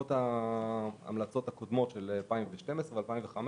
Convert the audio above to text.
בעקבות ההמלצות הקודמות של 2012 ושל 2015